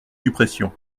suppression